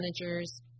managers